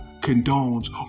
condones